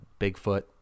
Bigfoot